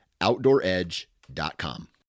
OutdoorEdge.com